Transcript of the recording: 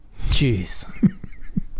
Jeez